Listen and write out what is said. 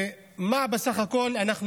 ומה בסך הכול אנחנו רוצים,